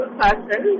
person